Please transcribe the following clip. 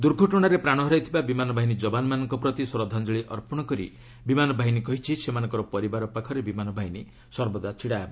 ଦୁର୍ଘଟଣାରେ ପ୍ରାଣ ହରାଇଥିବା ବିମାନ ବାହିନୀ ଯବାନମାନଙ୍କ ପ୍ରତି ଶ୍ରଦ୍ଧାଞ୍ଜଳୀ ଅର୍ପଣ କରି ବିମାନ ବାହିନୀ କହିଛି ସେମାନଙ୍କ ପରିବାର ପାଖରେ ବିମାନ ବାହିନୀ ସର୍ବଦା ଛିଡ଼ା ହେବ